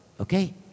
Okay